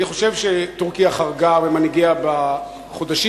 אני חושב שטורקיה חרגה, ומנהיגיה, בחודשים